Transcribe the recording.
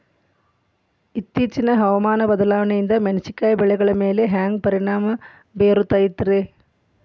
ಇತ್ತೇಚಿನ ಹವಾಮಾನ ಬದಲಾವಣೆಯಿಂದ ಮೆಣಸಿನಕಾಯಿಯ ಬೆಳೆಗಳ ಮ್ಯಾಲೆ ಹ್ಯಾಂಗ ಪರಿಣಾಮ ಬೇರುತ್ತೈತರೇ?